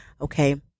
okay